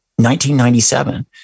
1997